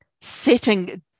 setting